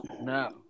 No